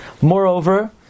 Moreover